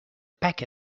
pack